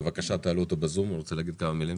בבקשה תעלו אותו בזום, הוא רוצה להגיד כמה מילים.